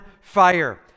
fire